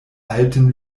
alten